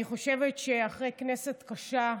אני חושבת שאחרי כנסת קשה,